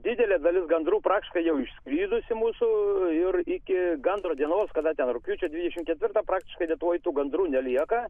didelė dalis gandrų praktiškai jau išskridusi mūsų ir iki gandro dienos kada ten rugpjūčio dvidešimt ketvirtą praktiškai lietuvoj tų gandrų nelieka